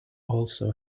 also